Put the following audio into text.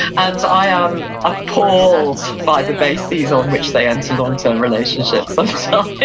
and i ah am appalled by the bases on which they enter long term relationships sometimes.